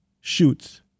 shoots